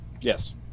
yes